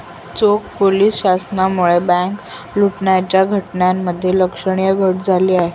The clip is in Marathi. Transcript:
चोख पोलीस प्रशासनामुळे बँक लुटण्याच्या घटनांमध्ये लक्षणीय घट झाली आहे